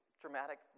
dramatic